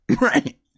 right